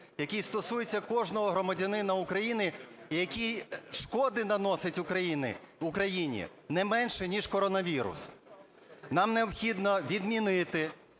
який стосується кожного громадянина України, який шкоди наносить Україні не менше, ніж коронавірус. Нам необхідно відмінити